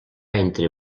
entre